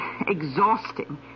exhausting